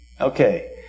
Okay